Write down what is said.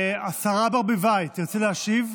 השרה ברביבאי, תרצי להשיב?